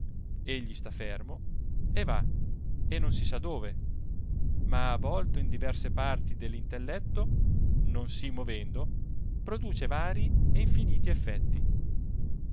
egli sta fermo e va e non si sa dove ma volto in diverse parti dell'intelletto non si movendo produce varii e infiniti effetti